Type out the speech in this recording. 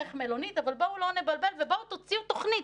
ערך מלונית אבל בואו לא נבלבל ובואו תוציאו תוכנית,